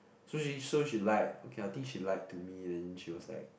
so she so she lied okay I think she lied to me then she was like